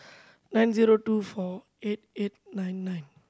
nine zero two four eight eight nine nine